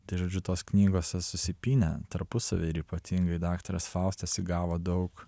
tai žodžiu tos knygos jos susipynė tarpusavy ir ypatingai daktaras faustas įgavo daug